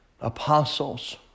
apostles